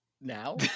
Now